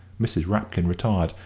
mrs. rapkin retired,